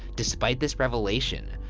despite this revelation,